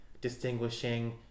distinguishing